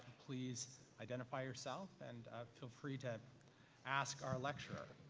please identify yourself and feel free to ask our lecturer.